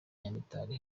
nyamitali